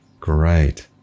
Great